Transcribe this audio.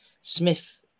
Smith